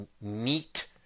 neat